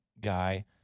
guy